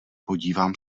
podívám